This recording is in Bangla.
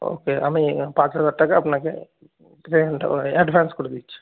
ও কে আমি পাঁচ হাজার টাকা আপনাকে ওই অ্যাডভান্স করে দিচ্ছি